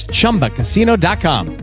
ChumbaCasino.com